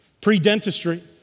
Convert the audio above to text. pre-dentistry